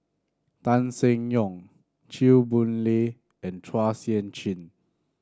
Tan Seng Yong Chew Boon Lay and Chua Sian Chin